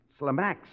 Slamax